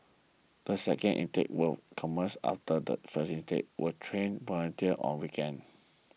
the second intake will commence after the first intake will train volunteers on weekends